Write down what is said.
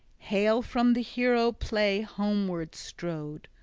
hale from the hero-play homeward strode.